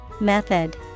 Method